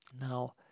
Now